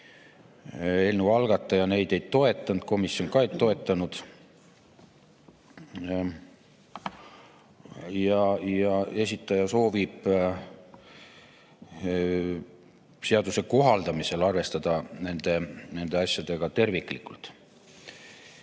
Eelnõu algataja neid ei toetanud, komisjon ka ei toetanud. Esitaja soovib seaduse kohaldamisel arvestada nende asjadega terviklikult.